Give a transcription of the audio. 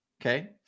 Okay